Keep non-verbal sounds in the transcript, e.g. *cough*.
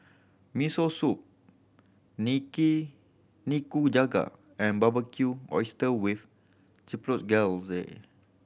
Miso Soup *unintelligible* Nikujaga and Barbecued Oyster with Chipotle *unintelligible*